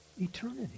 eternity